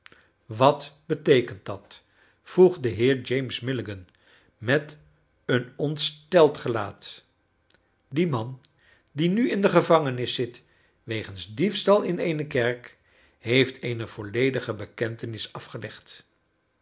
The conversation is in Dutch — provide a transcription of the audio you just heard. wat beteekent dat vroeg de heer james milligan met een ontsteld gelaat die man die nu in de gevangenis zit wegens diefstal in eene kerk heeft eene volledige bekentenis afgelegd